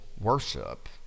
worship